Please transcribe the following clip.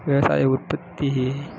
விவசாய உற்பத்தி